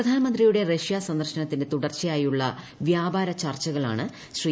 പ്രധാനമന്ത്രിയുടെ റഷ്യാ സന്ദർശനത്തിന്റെ തുടർച്ചയായുള്ള വ്യാപാര ചർച്ചകളാണ് ശ്രീ